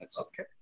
Okay